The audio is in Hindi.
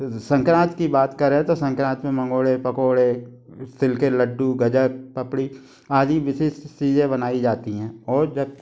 संक्रांति की बात करें तो संक्रांति में मंगोड़े पकोड़े तिल के लड्डू गजक पपड़ी आदि विशेष चीजें बनाई जाती हैं और जब